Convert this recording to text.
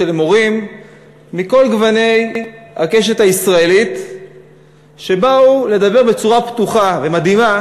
של מורים מכל גוני הקשת הישראלית שבאו לדבר בצורה פתוחה ומדהימה